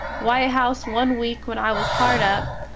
white house one weak when i was hard up,